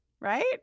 right